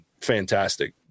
fantastic